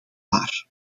waar